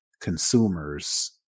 consumers